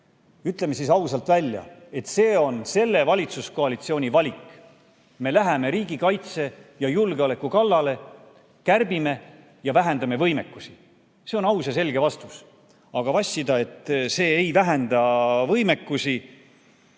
Ütleme siis ausalt välja, et see on selle valitsuskoalitsiooni valik. Me läheme riigikaitse ja julgeoleku kallale, kärbime, vähendame võimekusi – see on aus ja selge vastus. Aga vassida, et see ei vähenda võimekusi,